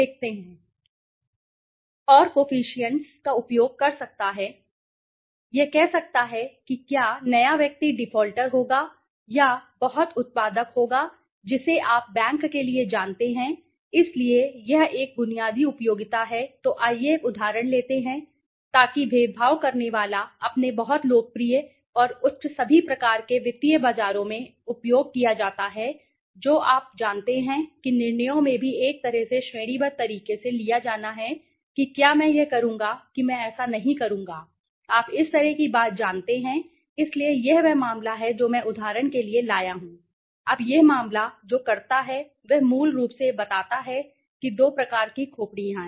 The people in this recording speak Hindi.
और कोफिशिएंट्स यह कोफिशिएंट्स का उपयोग कर सकता है यह कह सकता है कि क्या नया व्यक्ति डिफॉल्टर होगा या बहुत उत्पादक होगा जिसे आप बैंक के लिए जानते हैं इसलिए यह एक बुनियादी उपयोगिता है तो आइए एक उदाहरण लेते हैं ताकि भेदभाव करने वाला अपने बहुत लोकप्रिय और उच्च सभी प्रकार के वित्तीय बाजारों में उपयोग किया जाता है जो आप जानते हैं कि निर्णयों में भी एक तरह से श्रेणीबद्ध तरीके से लिया जाना है कि क्या मैं यह करूँगा कि मैं ऐसा नहीं करूँगा आप इस तरह की बात जानते हैं इसलिए यह वह मामला है जो मैं उदाहरण के लिए लाया हूं अब यह मामला जो करता है वह मूल रूप से यह बताता है कि दो प्रकार की खोपड़ी